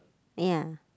ya